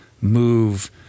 move